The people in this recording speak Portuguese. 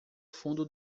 fundo